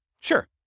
Sure